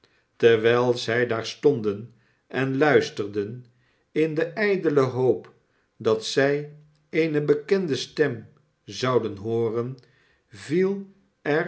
terwijl zij daar stonden en luisterden in de ijdele hoop dat zij eene bekende stem zouden hooren viel